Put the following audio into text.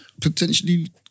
Potentially